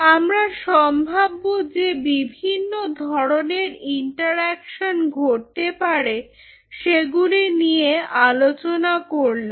আমরা সম্ভাব্য যে বিভিন্ন ধরনের ইন্টারঅ্যাকশন ঘটতে পারে সেগুলি নিয়ে আলোচনা করলাম